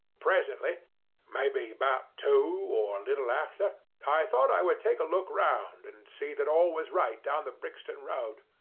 presently maybe about two or a little after i thought i would take a look round and see that all was right down the brixton road.